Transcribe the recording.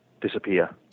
disappear